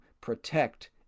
protect